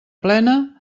plena